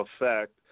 effect